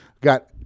Got